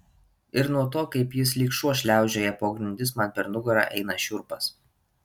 ir nuo to kaip jis lyg šuo šliaužioja po grindis man per nugarą eina šiurpas